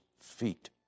feet